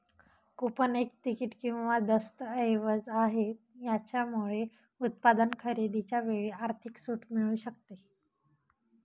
coupon एक ticket किंवा दस्तऐवज आहे, याच्यामुळे उत्पादन खरेदीच्या वेळी आर्थिक सूट मिळू शकते